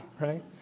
right